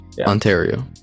Ontario